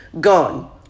Gone